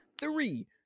three